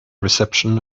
reception